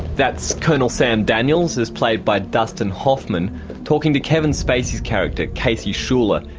that's colonel sam daniels as played by dustin hoffman talking to kevin spacey's character, casey schuler,